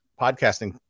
podcasting